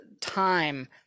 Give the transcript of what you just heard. time